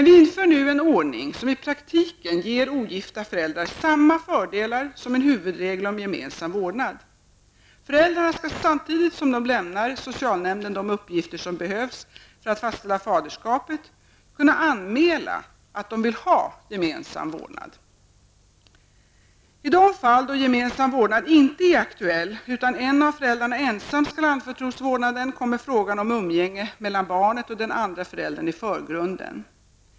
Vi inför nu en ordning som i praktiken ger ogifta föräldrar samma fördelar som en huvudregel om gemensam vårdnad. Föräldrarna skall samtidigt som de lämnar socialnämnden de uppgifter som behövs för att fastställa faderskapet kunna anmäla att de vill ha gemensam vårdnad. I de fall då gemensam vårdnad inte är aktuell utan en av föräldrarna ensam skall anförtros vårdnaden kommer frågan om umgänge mellan barnet och den andra föräldern i förgrunden.